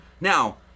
Now